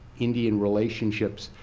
indian relationships,